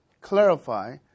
clarify